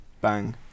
bang